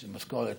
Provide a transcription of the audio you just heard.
שזאת משכורת